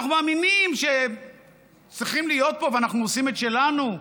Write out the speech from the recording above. אנחנו מאמינים שצריכים להיות פה ואנחנו עושים את שלנו.